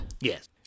yes